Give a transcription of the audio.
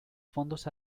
fondos